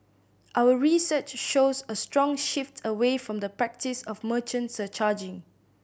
our research shows a strong shift away from the practice of merchant surcharging